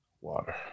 Water